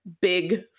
big